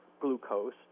glucose